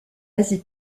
asie